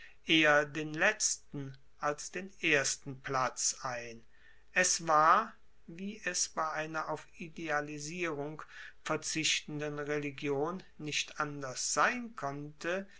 eher den letzten als den ersten platz ein es war wie es bei einer auf idealisierung verzichtenden religion nicht anders sein konnte